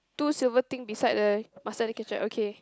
two silver thing beside the mustard the ketchup okay